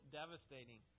devastating